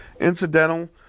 incidental